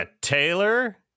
taylor